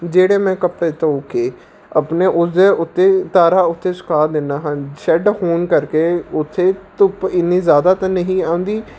ਜਿਹੜੇ ਮੈਂ ਕੱਪੜੇ ਧੋ ਕੇ ਆਪਣੇ ਉਸਦੇ ਉੱਤੇ ਤਾਰਾਂ ਉੱਤੇ ਸੁਕਾ ਦਿੰਦਾ ਹਾਂ ਸ਼ੈੱਡ ਹੋਣ ਕਰਕੇ ਉੱਥੇ ਧੁੱਪ ਇੰਨੀ ਜ਼ਿਆਦਾ ਤਾਂ ਨਹੀਂ ਆਉਂਦੀ